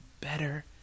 better